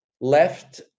left